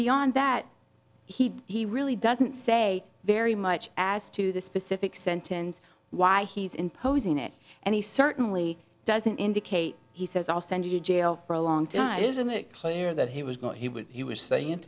beyond that he he really doesn't say very much as to the specific sentence why he's imposing it and he certainly doesn't indicate he says i'll send you to jail for a long time isn't it clear that he was not he was he was saying